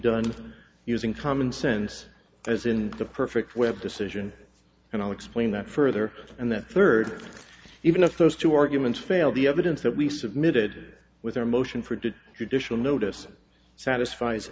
done using common sense as in the perfect web decision and i'll explain that further and that third even if those two arguments fail the evidence that we submitted with our motion for did you dish will notice satisfies